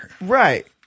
Right